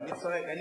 עליהם, עליהם.